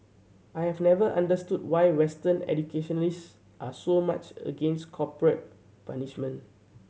I have never understood why Western educationists are so much against corporal punishment